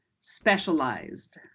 specialized